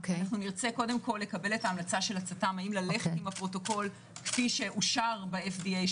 נרצה לקבל את המלצת הצט"ם האם ללכת על הפרוטוקול כפי שאושר ב-FDA ,